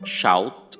shout